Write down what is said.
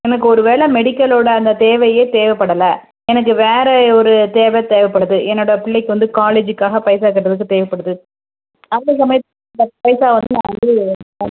எனக்கு ஒரு வேலை மெடிக்கலோடு அந்த தேவையே தேவைப்படல எனக்கு வேறு ஒரு தேவை தேவைப்படுது என்னோடய பிள்ளைக்கு வந்து காலேஜிக்காக பைசா கட்டுறதுக்கு தேவைப்படுது அந்த சமயத்தில் இந்த பைசா வந்து நான் வந்து